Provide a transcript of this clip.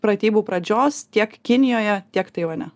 pratybų pradžios tiek kinijoje tiek taivane